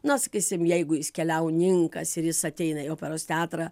na sakysim jeigu jis keliauninkas ir jis ateina į operos teatrą